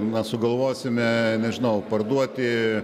na sugalvosime nežinau parduoti